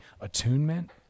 attunement